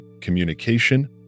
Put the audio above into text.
communication